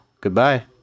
Goodbye